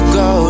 go